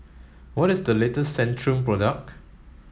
what is the latest Centrum product